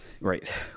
Right